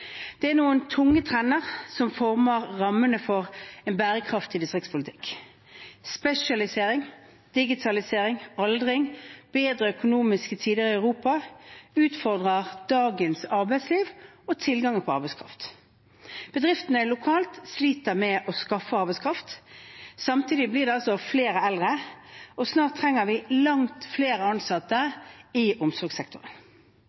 Det er noen tunge trender som former rammene for en bærekraftig distriktspolitikk. Spesialisering, digitalisering, aldring og bedre økonomiske tider i Europa utfordrer dagens arbeidsliv og tilgangen på arbeidskraft. Bedriftene sliter lokalt med å skaffe arbeidskraft. Samtidig blir det altså flere eldre, og snart trenger vi langt flere